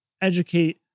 educate